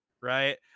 right